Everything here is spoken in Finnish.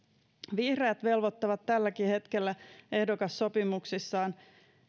vihreät velvoittavat tälläkin hetkellä ehdokassopimuksissaan